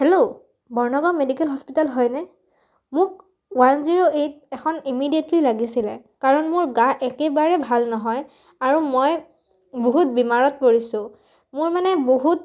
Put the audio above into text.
hello Barnagaon medical hospital হয়নে মোক one zero eight এখন ইমিডিয়েটলি লাগিছিলে কাৰণ মোৰ গা একেবাৰে ভাল নহয় আৰু মই বহুত বীমাৰত পৰিছোঁ মোৰ মানে বহুত